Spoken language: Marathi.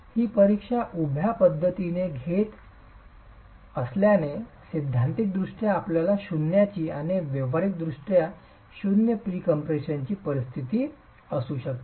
ही परीक्षा उभ्या पद्धतीने घेण्यात येत असल्याने सैद्धांतिकदृष्ट्या आपल्यास शून्याची आणि व्यावहारिकदृष्ट्या शून्य प्रीकम्प्रेशनची परिस्थिती असू शकते